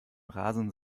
rasen